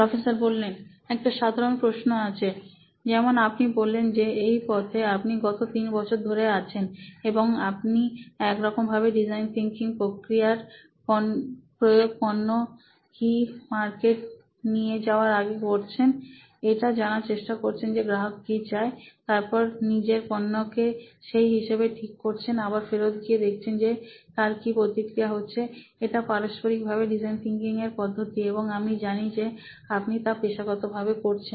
professor একটা সাধারণ প্রশ্ন আছে যেমন আপনি বললেন যে এই পথে আপনি গত তিন বছর ধরে আছেন এবং আপনি এক রকম ভাবে ডিজাইন থিনকিং প্রক্রিয়ার প্রয়োগ পণ্য কি মার্কেটে নিয়ে যাওয়ার আগে করছেন এটা জানা চেষ্টা করছেন যে গ্রাহক কি চায় তারপর নিজের পণ্যকে সেই হিসেবে ঠিক করছেন আবার ফেরত গিয়ে দেখছেন যে তার কি প্রতিক্রিয়া হচ্ছে এটা পারস্পরিকভাবে ডিজাইন থিংকিং এ পদ্ধতি এবং আমি জানি যে আপনি তা পেশাগতভাবে করছেন